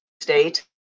state